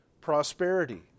prosperity